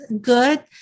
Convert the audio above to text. good